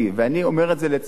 ואני אומר את זה לצערי,